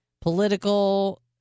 political